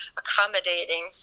accommodating